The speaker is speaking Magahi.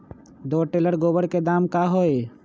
दो टेलर गोबर के दाम का होई?